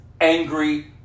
angry